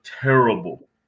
terrible